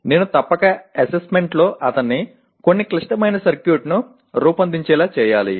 నేను తప్పక అసెస్మెంట్లో అతన్ని కొన్ని క్లిష్టమైన సర్క్యూట్ను రూపొందించేలా చేయాలి